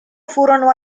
furono